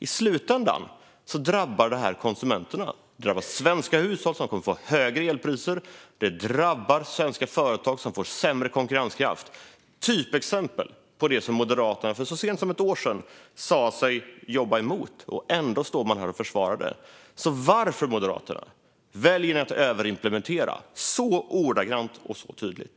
I slutändan drabbar det konsumenterna. Det drabbar svenska hushåll, som kommer att få högre elpriser, och det drabbar svenska företag, som får sämre konkurrenskraft. Det är ett typexempel på det som Moderaterna för så sent som ett år sedan sa sig jobba emot. Ändå står man här och försvarar det. Varför väljer Moderaterna att överimplementera så ordagrant och så tydligt?